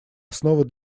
основы